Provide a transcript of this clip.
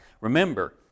remember